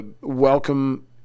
welcome